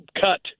cut